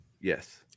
Yes